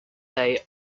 day